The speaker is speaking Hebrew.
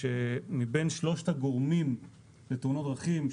שבין שלושת הגורמים לתאונות דרכים,